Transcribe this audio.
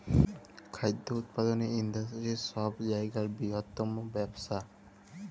খাদ্য উৎপাদলের ইন্ডাস্টিরি ছব জায়গার বিরহত্তম ব্যবসা